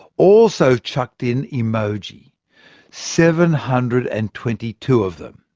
also chucked in emoji seven hundred and twenty two of them.